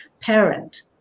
parent